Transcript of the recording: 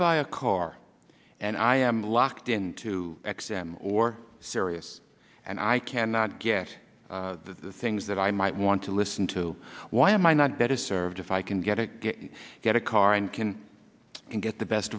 buy a car and i am locked into x or sirius and i cannot get the things that i might want to listen to why am i not better served if i can get a get a car and can get the best